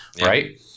right